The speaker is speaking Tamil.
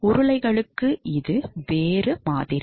உருளைகளுக்கு இது வேறு மாதிரி